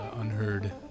unheard